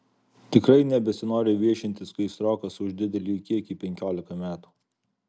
tikrai nebesinori viešintis kai srokas už didelį kiekį penkiolika metų